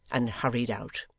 and hurried out.